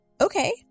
Okay